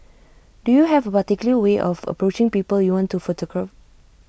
do you have particular way of approaching people you want to photograph